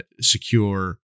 secure